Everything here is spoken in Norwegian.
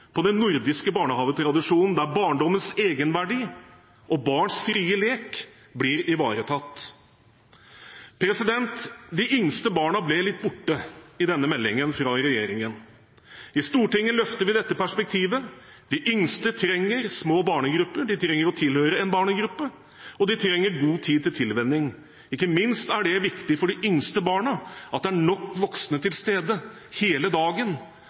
på den nordiske barnehagetradisjonen, der barndommens egenverdi og barns frie lek blir ivaretatt. De yngste barna ble litt borte i denne meldingen fra regjeringen. I Stortinget løfter vi dette perspektivet. De yngste trenger små barnegrupper, de trenger å tilhøre en barnegruppe, og de trenger god tid til tilvenning. Ikke minst er det viktig for de yngste barna at det er nok voksne til stede hele dagen,